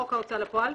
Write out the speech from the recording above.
חוק ההוצאה לפועל),